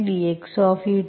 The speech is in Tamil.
y e2x